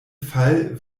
fall